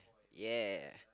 ya